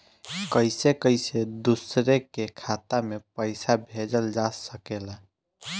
कईसे कईसे दूसरे के खाता में पईसा भेजल जा सकेला?